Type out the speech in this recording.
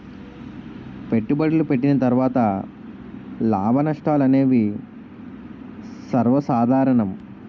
పెట్టుబడులు పెట్టిన తర్వాత లాభనష్టాలు అనేవి సర్వసాధారణం